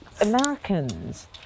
Americans